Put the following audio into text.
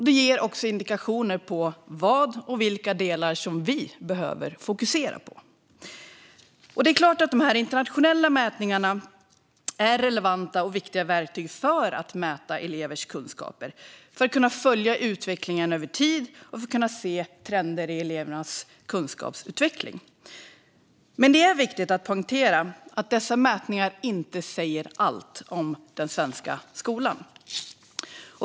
De ger också indikationer om vad och vilka delar vi behöver fokusera på. Det är klart att de internationella mätningarna är relevanta och viktiga verktyg för att mäta elevers kunskaper, för att kunna följa utvecklingen över tid och för att kunna se trender i elevernas kunskapsutveckling. Men det är viktigt att poängtera att dessa mätningar inte säger allt om den svenska skolan.